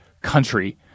country